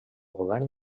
govern